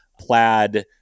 Plaid